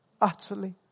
utterly